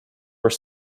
were